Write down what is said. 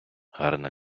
гарна